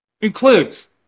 includes